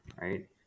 right